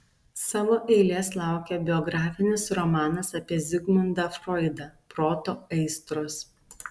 savo eilės laukia biografinis romanas apie zigmundą froidą proto aistros